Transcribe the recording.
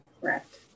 Correct